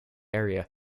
area